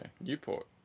Newport